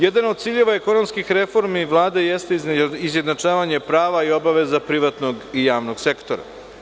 Jedan od ciljeva ekonomskih reformi Vlade jeste izjednačavanje prava i obaveza privatnog i javnog sektora.